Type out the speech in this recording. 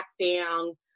lockdown